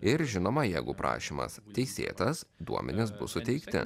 ir žinoma jeigu prašymas teisėtas duomenys bus suteikti